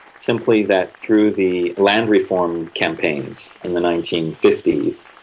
simply that through the land reform campaigns in the nineteen fifty s,